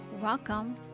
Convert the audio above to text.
Welcome